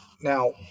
Now